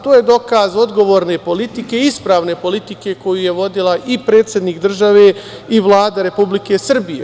To je dokaz odgovorne politike, ispravne politike koju je vodio i predsednik države i Vlada Republike Srbije.